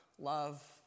love